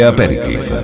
Aperitif